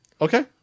Okay